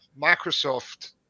Microsoft